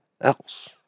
else